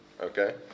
Okay